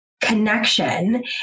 connection